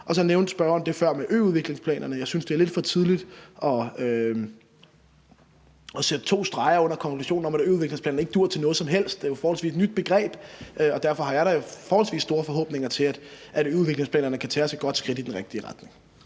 Så nævnte spørgeren før det med øudviklingsplanerne. Jeg synes, det er lidt for tidligt at sætte to streger under konklusionen om, at øudviklingsplanerne ikke duer til noget som helst. Det er jo et forholdsvis nyt begreb, og derfor har jeg da forholdsvis store forhåbninger til, at øudviklingsplanerne kan tage os et godt skridt i den rigtige retning.